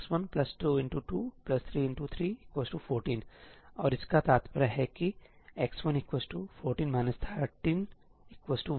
और अंत मेंx12x2 3x3x1223314 और इसका तात्पर्य है कि x114 131